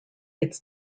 its